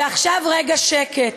ועכשיו רגע שקט.